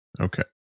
Okay